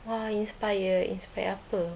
!wah! inspired inspire apa